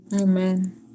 Amen